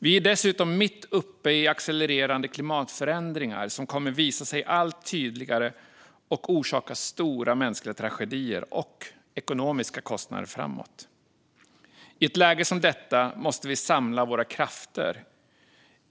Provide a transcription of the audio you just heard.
Vi är dessutom mitt uppe i accelererande klimatförändringar som kommer att visa sig allt tydligare och orsaka stora mänskliga tragedier och ekonomiska kostnader framöver. I ett läge som detta måste vi samla våra krafter.